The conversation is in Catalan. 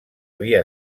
havia